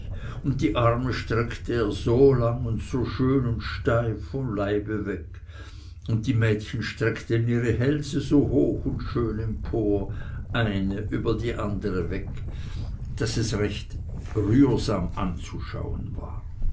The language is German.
und die arme streckte er so lang schön und steif vom leibe weg und die mädchen streckten ihre hälse so hoch und schön empor eine über die andere weg daß es recht rührsam anzuschauen war